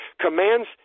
commands